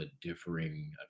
differing